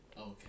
Okay